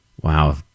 Wow